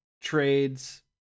trades